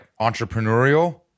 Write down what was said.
entrepreneurial